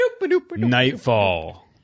Nightfall